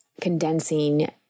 condensing